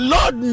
Lord